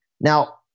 Now